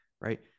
right